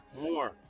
more